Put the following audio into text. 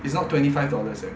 it's not twenty five dollars eh